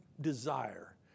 desire